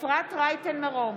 אפרת רייטן מרום,